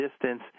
distance